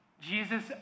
Jesus